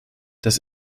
das